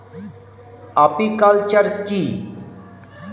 Apiculture কি?